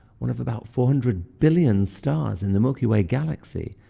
one of about four hundred billion stars in the milky way galaxy,